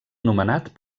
anomenat